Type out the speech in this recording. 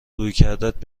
رویکردت